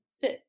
fit